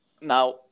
Now